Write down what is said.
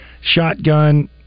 shotgun